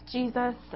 Jesus